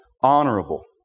honorable